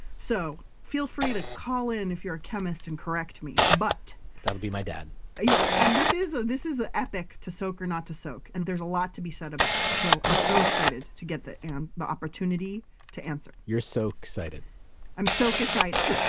so feel free to call in if you're a chemist and correct me. but that'd be my dad yeah, and this is this is the epic to soak or not to soak. it's epic and there's a lot to be said about it. so i'm so excited to get the and the opportunity to answer you're soak excited i'm soak excited.